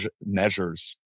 measures